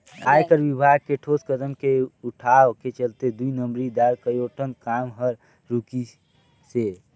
आयकर विभाग के ठोस कदम के उठाव के चलते दुई नंबरी दार कयोठन काम हर रूकिसे